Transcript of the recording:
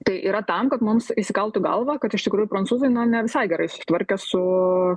tai yra tam kad mums įsikaltų galvą kad iš tikrųjų prancūzai ne visai gerai susitvarkė su